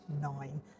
nine